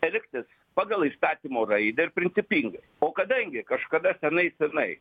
elgtis pagal įstatymo raidę ir principingai o kadangi kažkada senai senai